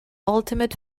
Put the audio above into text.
ultimate